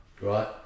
right